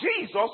Jesus